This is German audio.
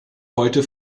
heute